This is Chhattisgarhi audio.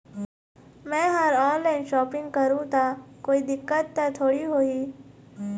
मैं हर ऑनलाइन शॉपिंग करू ता कोई दिक्कत त थोड़ी होही?